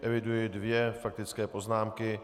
Eviduji dvě faktické poznámky.